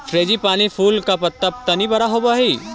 frangipani फूल के पत्त्ता तनी बड़ा होवऽ हई